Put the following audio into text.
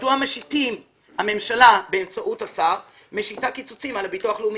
מדוע הממשלה משיתה באמצעות השר קיצוצים על הביטוח הלאומי?